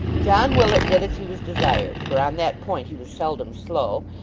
john willet did as he was desired for on that point he was seldom slow,